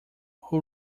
who